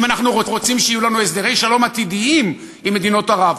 אם אנחנו רוצים שיהיו לנו הסדרי שלום עתידיים עם מדינות ערב,